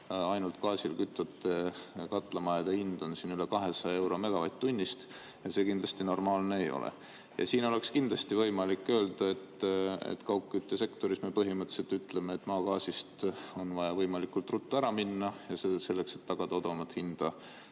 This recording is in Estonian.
Ainult gaasiga kütvate katlamajade hind on üle 200 euro megavatt-tunnist ja see kindlasti normaalne ei ole. Siin oleks kindlasti võimalik öelda, et kaugküttesektoris me põhimõtteliselt ütleme, et maagaasiga [kütmiselt] on vaja võimalikult ruttu ära minna, ja seda selleks, et tagada odavam hind